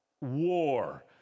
war